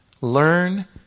Learn